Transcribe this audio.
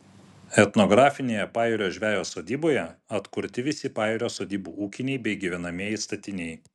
etnografinėje pajūrio žvejo sodyboje atkurti visi pajūrio sodybų ūkiniai bei gyvenamieji statiniai